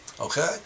Okay